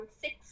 six